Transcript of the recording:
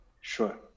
Sure